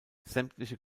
sämtliche